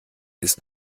ist